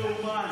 לא ייאמן.